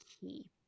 key